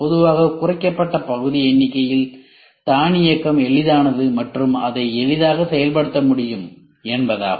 பொதுவாக குறைக்கப்பட்ட பகுதி எண்ணிக்கையில் தானியக்கம் எளிதானது மற்றும் அதை எளிதாக செயல்படுத்த முடியும் என்பதாகும்